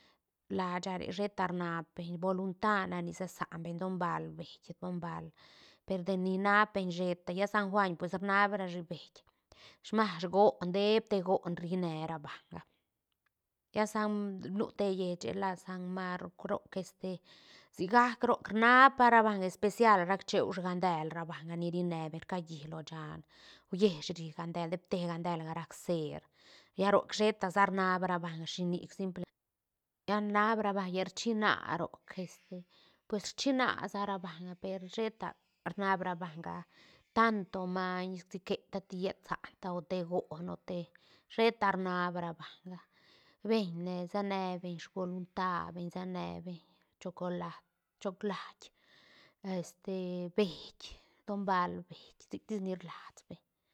Lasha re sheta rna beñ bolunta nac ni se san beñ donbal beït donbal per deni inap beñ sheta lla san juañ pues rnab ra shi beït smash goon deép te goon rine ra banga lla sanm nu te lleiche ni la san maurk roc este si gaac roc rnaab pa ra banga especial rac cheu sgandel ra banga ni ri ne beñ rcalli lo shán úies ri gandel depte gandel rac ceer lla roc sheta sa rnaad ra banga shi nic simple lla rnaad ra banga llal rchïna roc este pues rchïna sa ra banga per sheta rnaad ra banga tanto maiñ siquetati llet saanla o te goon o te sheta rnaad ra banga beiñ ne se ne beiñ sbolunta beñ sene beñ chocolat choclait este beït don bal beït sic tis ni rlas beñ.